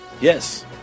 Yes